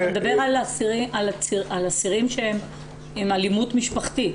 אתה מדבר על אסירים שהם עם אלימות משפחתית.